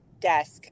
desk